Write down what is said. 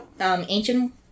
ancient